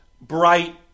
bright